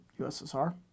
USSR